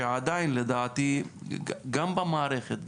שעדיין לדעתי גם במערכת,